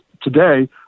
today